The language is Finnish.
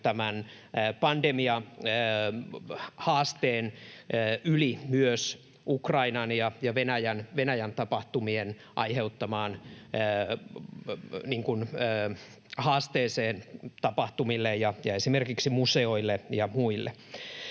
tämän pandemiahaasteen yli myös Ukrainan ja Venäjän tapahtumien tapahtumille ja esimerkiksi museoille ja muille